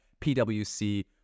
PwC